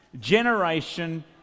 Generation